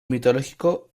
mitológico